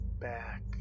back